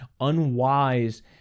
unwise